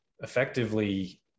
effectively